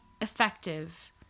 effective